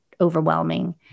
overwhelming